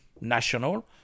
national